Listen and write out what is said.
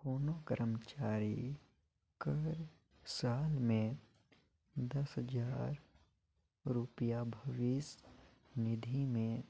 कोनो करमचारी कर साल में दस हजार रूपिया भविस निधि में